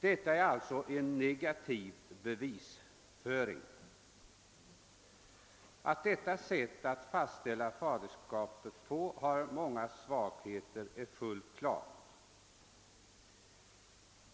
Detta är alltså en negativ bevisföring. Att detta sätt att fastställa faderskapet haft många svagheter är fullt klart.